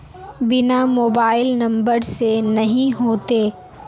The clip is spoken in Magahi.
बिना मोबाईल नंबर से नहीं होते?